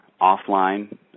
offline